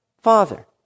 Father